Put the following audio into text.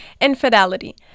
Infidelity